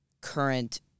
current